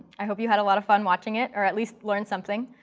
i hope you had a lot of fun watching it, or at least learned something.